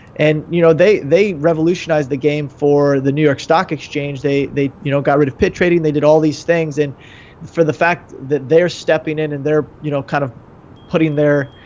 and, you know, they they revolutionized the game for the new york stock exchange. they they you know got rid of pit trading, they did all these things. and for the fact that they're stepping in and they're, you know, kind of putting their